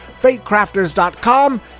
FateCrafters.com